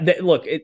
Look